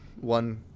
one